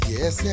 Yes